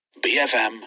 BFM